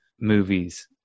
movies